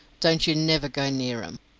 don't you never go near em.